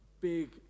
Big